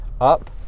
up